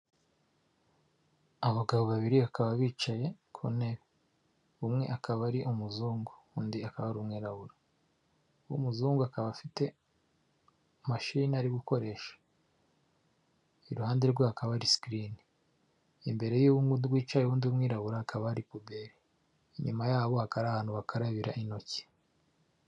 Abagabo babiri bakaba bicaye ku ntebe, umwe akaba ari umuzungu, undi akaba ari umwirabura. Uwumuzungu akaba afite mashini ari gukoresha, iruhande rwe hakaba sikirine, imbere y'undi wicaye undi umwirabura hakaba ari puberi, inyuma yaho akari ahantu bakarabira intoki.